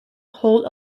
hold